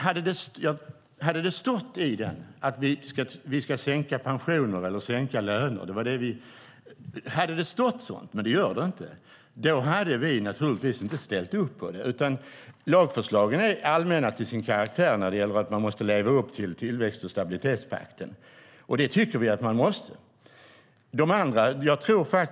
Hade det stått i något lagförslag som gäller oss att vi ska sänka pensioner eller löner - men så står det inte - hade vi naturligtvis inte ställt upp på det. Lagförslagen är allmänna till sin karaktär när det gäller att man måste leva upp till tillväxt och stabilitetspakten. Det tycker vi att man måste.